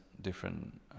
different